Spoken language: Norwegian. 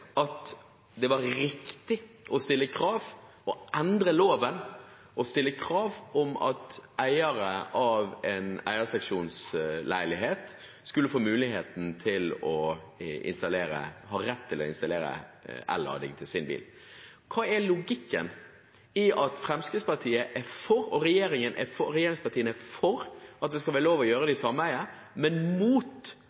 at det var riktig å endre loven og stille krav om at eiere av en eierseksjonsleilighet skulle ha rett til å installere el-lader for sin bil. Hva er logikken i at Fremskrittspartiet og regjeringspartiene er for at det skal være lov å gjøre